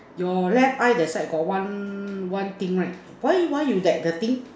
your left eye that side got one one thing right why you why you get that thing